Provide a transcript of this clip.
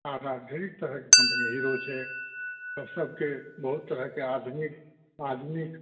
आर आर ढेरी तरहक कम्पनी हीरो छै आओर सभकेँ बहुत तरहके आधुनिक आधुनिक